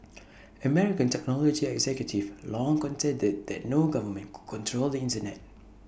American technology executives long contended that no government could control the Internet